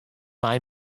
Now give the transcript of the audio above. mei